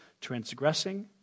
Transgressing